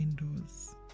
indoors